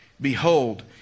Behold